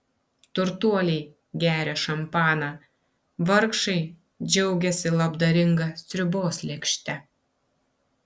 turtuoliai geria šampaną vargšai džiaugiasi labdaringa sriubos lėkšte